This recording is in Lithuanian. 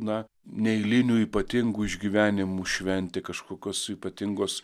na neeilinių ypatingų išgyvenimų šventė kažkokios ypatingos